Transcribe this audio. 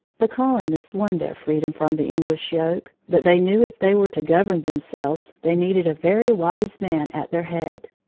the colonists won their freedom from the english yoke, but they knew if they were to govern themselves, they needed a very wise man at their head.